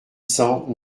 cent